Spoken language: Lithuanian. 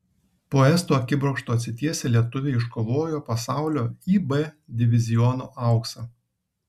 po estų akibrokšto atsitiesę lietuviai iškovojo pasaulio ib diviziono auksą